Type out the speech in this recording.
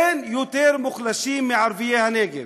אין יותר מוחלשים מערביי הנגב,